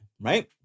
right